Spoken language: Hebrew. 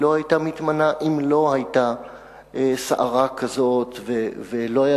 היא לא היתה מתמנה אם לא היתה סערה כזאת ולא היה